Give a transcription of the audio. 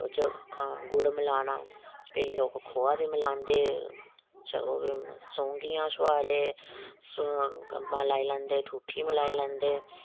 ओहदे च गुड़ मिलाना फ्ही केईं लोक खोआ बी मलांदे सौंगी छुहारे सौंफ मलाई लेंदे ठोठी मलाई लैंदे